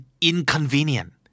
inconvenient